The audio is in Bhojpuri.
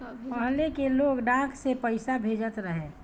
पहिले के लोग डाक से पईसा भेजत रहे